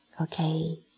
Okay